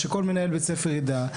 שכל מנהל בית ספר יידע,